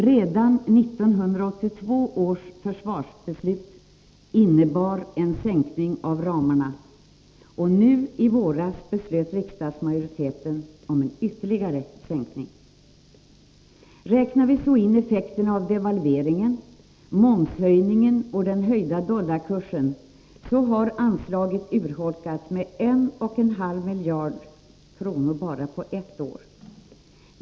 Redan 1982 års försvarsbeslut innebar en sänkning av ramarna, och nu i våras beslöt riksdagsmajoriteten om en ytterligare sänkning. Räknar vi så in effekterna av devalveringen, momshöjningen och den höjda dollarkursen, har anslaget urholkats med en och en halv miljard kronor på bara ett år.